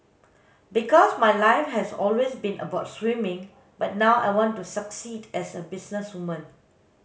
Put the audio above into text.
because my life has always been about swimming but now I want to succeed as a businesswoman